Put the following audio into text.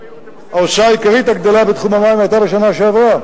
ההוצאה העיקרית הגדולה בתחום המים היתה בשנה שעברה,